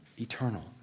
eternal